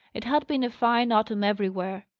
it had been a fine autumn everywhere.